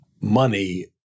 money